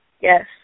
Yes